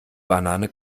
banane